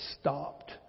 stopped